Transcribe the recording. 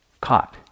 caught